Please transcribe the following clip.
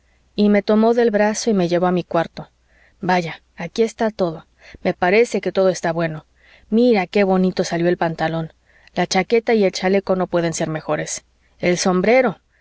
y me tomó del brazo y me llevó a mi cuarto vaya aquí está todo me parece que toda está bueno mira qué bonito salió el pantalón la chaqueta y el chaleco no pueden ser mejores el sombrero